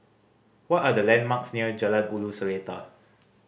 what are the landmarks near Jalan Ulu Seletar